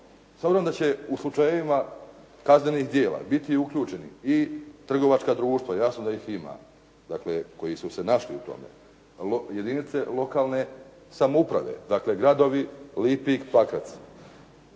s obzirom da će u slučajevima kaznenih djela biti uključeni i trgovačka društva, jasno da ih ima, dakle koji su se našli u tome, jedinice lokalne samouprave, dakle gradovi Lipik, Pakrac,